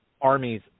armies